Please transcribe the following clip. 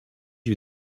you